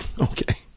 Okay